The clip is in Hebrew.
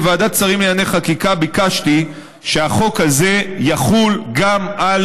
בוועדת השרים לענייני חקיקה ביקשתי שהחוק יחול גם על